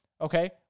okay